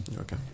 Okay